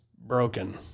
broken